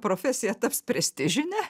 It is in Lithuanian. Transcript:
profesija taps prestižine